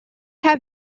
have